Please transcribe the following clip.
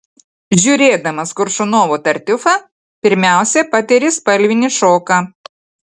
žiūrėdamas koršunovo tartiufą pirmiausia patiri spalvinį šoką